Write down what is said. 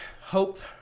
Hope